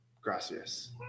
Gracias